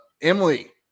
Emily